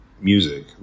music